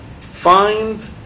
find